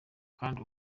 kandi